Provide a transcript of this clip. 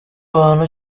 abantu